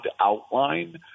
outline